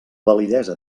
validesa